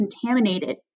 contaminated